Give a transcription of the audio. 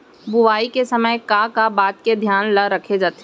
बुआई के समय का का बात के धियान ल रखे जाथे?